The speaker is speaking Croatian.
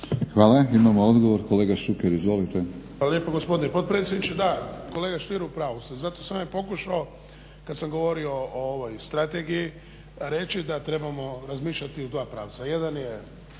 Hvala. Imamo odgovor, kolega Šuker. Izvolite. **Šuker, Ivan (HDZ)** Hvala lijepo gospodine potpredsjedniče. Da kolega Stier upravu ste, zato sam ja i pokušao kada sam govorio o ovoj strategiji reći da trebamo razmišljati u dva pravca. Jedan je